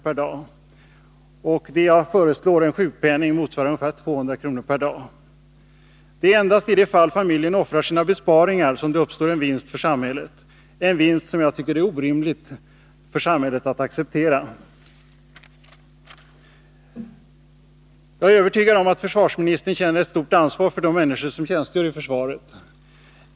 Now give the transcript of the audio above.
per dag. Det jag föreslår är en sjukpenning motsvarande ungefär 200 kr. per dag. Det är endast i de fall familjen offrar sina besparingar som det uppstår en vinst för samhället, en vinst som jag tycker det är orimligt för samhället att acceptera. Jag är övertygad om att försvarsministern känner ett stort ansvar för de människor som tjänstgör i försvaret.